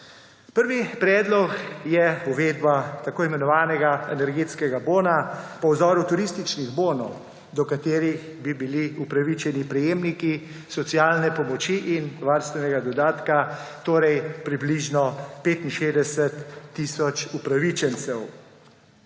Prvi predlog je uvedba tako imenovanega energetskega bona po vzoru turističnih bonov, do katerih bi bili upravičeni prejemniki socialne pomoči in varstvenega dodatka, torej približno 65 tisoč upravičencev.